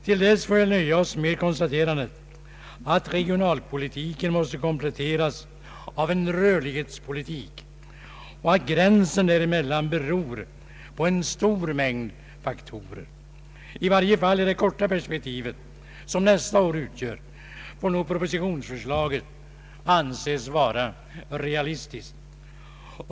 Till dess får vi nöja oss med konstaterandet att regionalpolitiken måste kompletteras med en rörlighetspolitik och att gränsen däremellan beror på en stor mängd faktorer. I varje fall i det korta perspektiv som nästa år utgör får nog propositionsförslaget anses vara realistiskt.